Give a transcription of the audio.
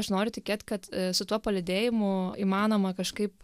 aš noriu tikėt kad su tuo palydėjimu įmanoma kažkaip